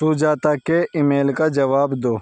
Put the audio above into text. سجاتا کے email کا جواب دو